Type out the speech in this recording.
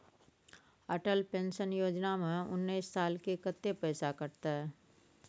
Atal pension Yojana में उनैस साल के कत्ते पैसा कटते?